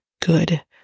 good